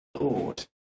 Lord